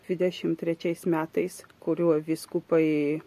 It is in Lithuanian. dvidešim trečiais metais kuriuo vyskupai